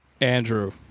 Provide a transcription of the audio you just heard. Andrew